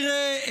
תראה,